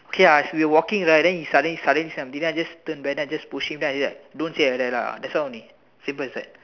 okay ah we were walking right he just suddenly suddenly something then I just turn then I just push him ah then like don't say like that ah that's all only simple as that